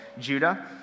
Judah